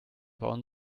bauen